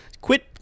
quit